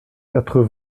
quatre